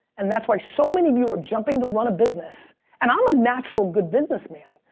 and that's why so many of you are jumping to run a business and i'm a natural good businessman.